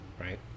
right